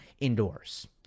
indoors